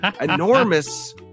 enormous